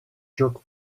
jerk